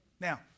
Now